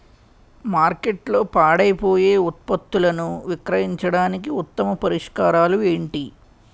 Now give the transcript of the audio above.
మార్కెట్లో పాడైపోయే ఉత్పత్తులను విక్రయించడానికి ఉత్తమ పరిష్కారాలు ఏంటి?